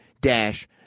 dash